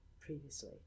previously